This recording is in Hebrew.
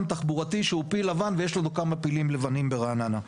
תחבורתי שהוא פיל לבן ויש לנו כמה פילים לבנים ברעננה.